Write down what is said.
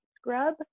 scrub